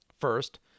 First